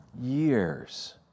years